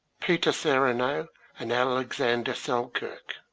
peter serano and alexander selkirk.